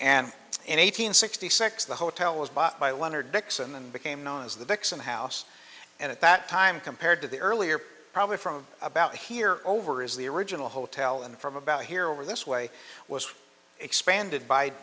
and an eight hundred sixty six the hotel was bought by leonard dixon and became known as the vixen house and at that time compared to the earlier probably from about here over is the original hotel and from about here over this way was expanded by